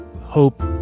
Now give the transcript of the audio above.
hope